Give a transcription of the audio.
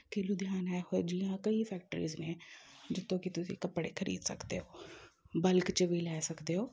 ਕਿ ਲੁਧਿਆਣਾ ਇਹੋ ਜਿਹੀਆਂ ਕਈ ਫੈਕਟਰੀਜ਼ ਨੇ ਜਿੱਥੋਂ ਕਿ ਤੁਸੀਂ ਕੱਪੜੇ ਖਰੀਦ ਸਕਦੇ ਹੋ ਬਲਕ 'ਚ ਵੀ ਲੈ ਸਕਦੇ ਹੋ